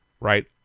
Right